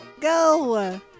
go